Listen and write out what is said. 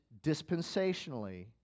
dispensationally